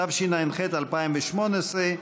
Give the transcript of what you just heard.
התשע"ח 2018,